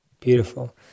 Beautiful